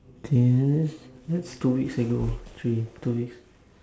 eh isn't that's that's two weeks ago three two weeks